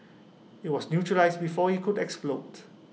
IT was neutralised before IT could explode